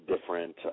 different